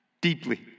deeply